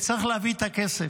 וצריך להביא את הכסף.